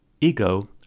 Ego